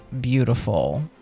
beautiful